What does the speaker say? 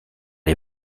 les